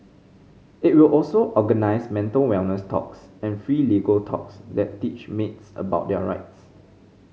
it will also organise mental wellness talks and free legal talks that teach maids about their rights